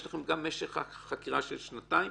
יש לכם גם את משך החקירה של שנתיים